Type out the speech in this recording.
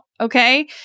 Okay